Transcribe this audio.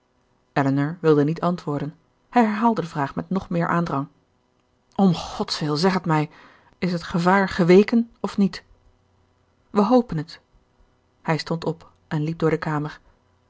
elinor wilde niet antwoorden hij herhaalde de vraag met nog meer aandrang om godswil zeg het mij is het gevaar geweken of niet wij hopen het hij stond op en liep door de kamer